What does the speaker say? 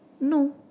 No